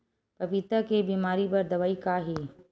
पपीता के बीमारी बर दवाई का हे?